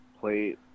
play